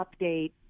update